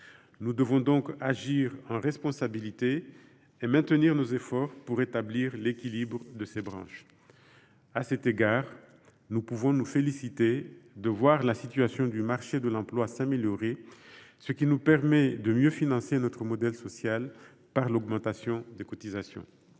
Nous devons donc agir en responsabilité et maintenir nos efforts pour rétablir l’équilibre de ces branches. À cet égard, nous pouvons nous féliciter de voir la situation du marché de l’emploi s’améliorer, ce qui nous permet de mieux financer notre modèle social grâce à l’augmentation des cotisations.